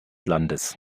landes